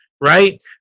right